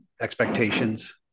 expectations